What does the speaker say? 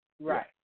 Right